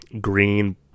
green